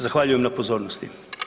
Zahvaljujem na pozornosti.